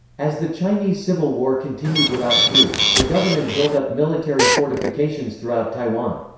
as the chinese civil war continued without truce, the government built up military fortifications throughout taiwan.